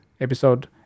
episode